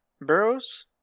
burrows